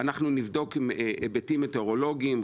אנחנו נבדוק עם היבטים מטאורולוגיים,